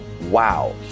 wow